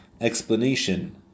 explanation